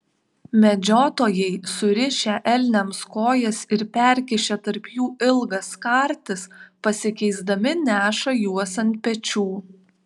medžiotojai surišę elniams kojas ir perkišę tarp jų ilgas kartis pasikeisdami neša juos ant pečių